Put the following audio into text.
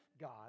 God